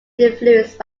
influenced